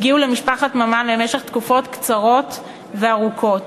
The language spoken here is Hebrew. הגיעו למשפחת ממן לתקופות קצרות וארוכות.